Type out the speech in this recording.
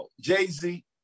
Jay-Z